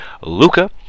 Luca